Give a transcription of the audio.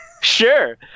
Sure